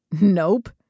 Nope